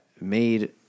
made